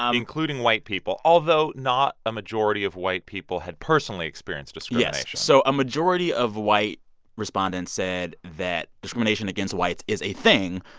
um including white people although not a majority of white people had personally experienced discrimination yes. so a majority of white respondents said that discrimination against whites is a thing.